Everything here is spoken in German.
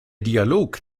dialog